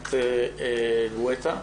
ענת גואטה.